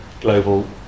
global